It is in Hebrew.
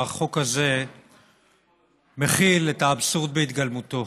שהחוק הזה מכיל את האבסורד בהתגלמותו.